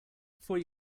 before